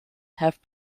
have